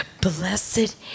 Blessed